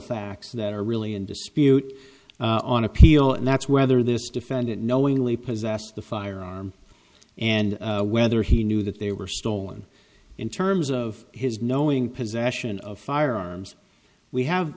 facts that are really in dispute on appeal and that's whether this defendant knowingly possessed the firearm and whether he knew that they were stolen in terms of his knowing possession of firearms we have